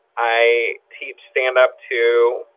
i teach stand up too,